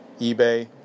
eBay